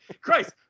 Christ